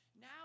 now